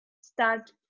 Start